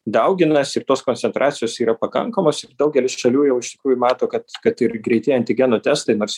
dauginasi ir tos koncentracijos yra pakankamos daugelis šalių jau iš tikrųjų mato kad kad ir greiti antigenų testai nors